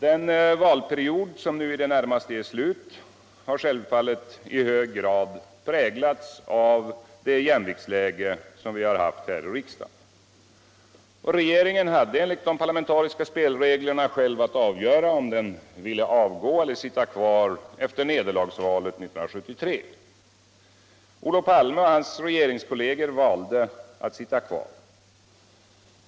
Den valperiod som nu i det närmaste är slut har självfallet i hög grad präglats av det jämviktsläge som vi har haft i riksdagen. Regeringen hade enligt de parlamentariska spelreglerna själv att avgöra om den ville avgå eller sitta kvar efter nederlagsvalet 1973. Olof Palme och hans regeringskolleger valde att sitta kvar.